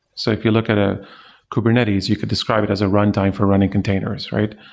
so if you look at a kubernetes, you could describe it as a runtime for running containers, right?